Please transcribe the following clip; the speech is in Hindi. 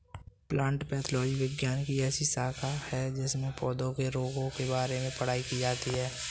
प्लांट पैथोलॉजी विज्ञान की ऐसी शाखा है जिसमें पौधों के रोगों के बारे में पढ़ाई की जाती है